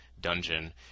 dungeon